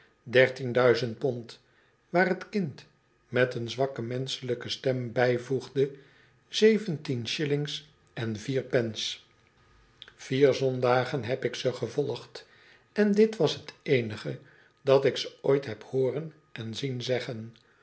duizend pond waar het kind met een zwakke menschelijke stem bijvoegde zeventien shillings en vier pence vier zondagen heb ik ze gevolgd en dit was t eenige dat ik ze ooit heb hooren en zien zeggen